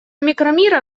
микромира